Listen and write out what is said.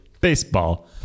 baseball